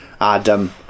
Adam